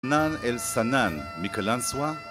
סנן אל סנן, מיקלנסוואה